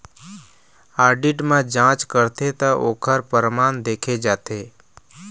audit म जांच करथे त ओखर परमान देखे जाथे